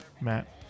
Matt